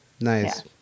nice